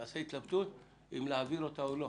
נעשה התלבטות האם להעביר אותן או לא.